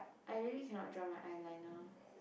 I really cannot draw my eyeliner